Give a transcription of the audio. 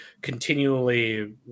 continually